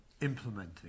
implementing